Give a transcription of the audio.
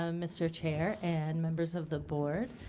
um mr. chair and members of the board.